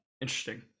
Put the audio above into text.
Interesting